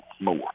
more